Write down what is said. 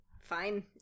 fine